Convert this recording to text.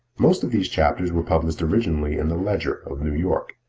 most of these chapters were published originally in the ledger of new york,